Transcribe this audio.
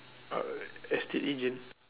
ah estate agent